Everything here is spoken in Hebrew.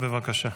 בבקשה.